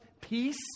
peace